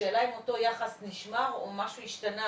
השאלה היא האם אותו יחס נשמר או משהו השתנה